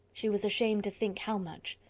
she was ashamed to think how much.